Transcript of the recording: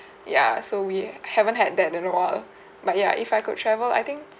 ya so we haven't had that in a while but ya if I could travel I think